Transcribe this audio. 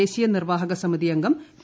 ദേശീയ നിർവ്വാഹക സമിതി അംഗം പി